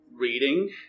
reading